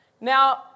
Now